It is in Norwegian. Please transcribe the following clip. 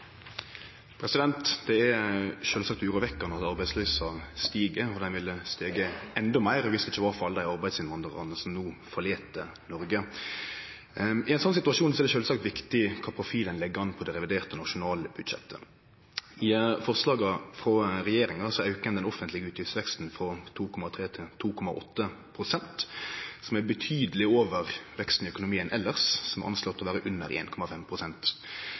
sjølvsagt urovekkjande at arbeidsløysa stig, og ho ville ha stige endå meir viss det ikkje var for alle arbeidsinnvandrarane som no forlét Noreg. I ein slik situasjon er det sjølvsagt viktig kva profil ein legg an på det reviderte nasjonalbudsjettet. I forslaga frå regjeringa aukar ein den offentlege utgiftsveksten frå 2,3 pst. til 2,8 pst., som er betydeleg over veksten i økonomien elles, som er anslått til å vere under 1,5 pst. Når ein